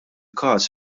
każ